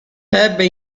ebbe